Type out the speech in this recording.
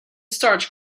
starch